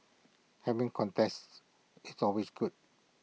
having contests is always good